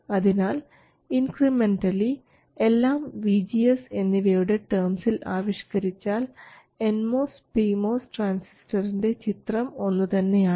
അതിനാൽ ഇൻക്രിമെൻറലി എല്ലാം vGS എന്നിവയുടെ ടേംസിൽ ആവിഷ്കരിച്ചാൽ എൻ മോസ് പി മോസ് ട്രാൻസിസ്റ്ററിൻറെ ചിത്രം ഒന്നുതന്നെ ആണ്